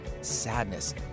sadness